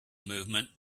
movement